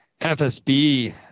FSB